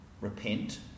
repent